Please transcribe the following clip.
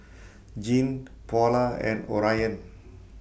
Jeanne Paula and Orion